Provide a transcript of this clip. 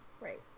right